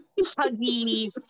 huggy